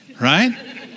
right